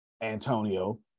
Antonio